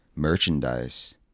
merchandise